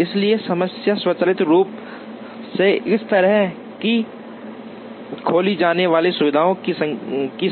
इसलिए समस्या स्वचालित रूप से इस तरह की खोली जाने वाली सुविधाओं की